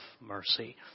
mercy